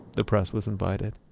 the press was invited.